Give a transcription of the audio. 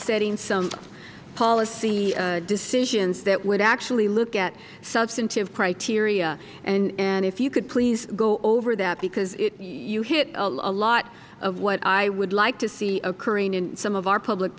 setting some policy decisions that would actually look at substantive criteria if you could please go over that because you hit a lot of what i would like to see occurring in some of our public